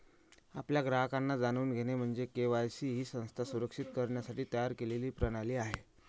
आपल्या ग्राहकांना जाणून घेणे म्हणजे के.वाय.सी ही संस्था सुरक्षित करण्यासाठी तयार केलेली प्रणाली आहे